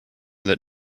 that